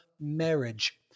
marriage